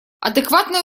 адекватное